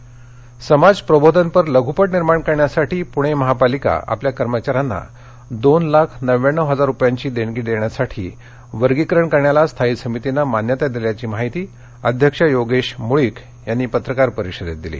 लघपट समाजप्रबोधनपर लघुपट निर्माण करण्यासाठी पुणे महापालिका कर्मचाऱ्यांना दोन लाख नव्याण्णव हजार रुपयांची देणगी देण्यासाठी वर्गीकरण करण्याला स्थायी समितीनं मान्यता दिल्याची माहिती अध्यक्ष योगेश मुळीक यांनी पत्रकार परिषदेत दिली